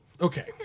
okay